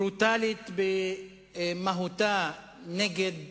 ברוטלית במהותה, נגד